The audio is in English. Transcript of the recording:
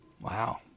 Wow